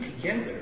together